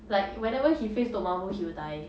like whenever he face dormammu he will die